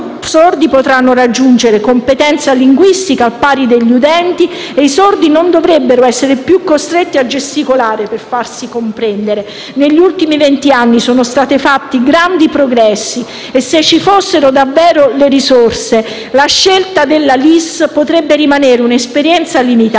sordi potranno raggiungere una competenza linguistica al pari di quella degli udenti e i sordi non dovrebbero essere più costretti a gesticolare per farsi comprendere. Negli ultimi vent'anni sono stati fatti grandi progressi e, se ci fossero davvero le risorse, la scelta della LIS potrebbe rimanere un'esperienza limitata;